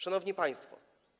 Szanowni Państwo!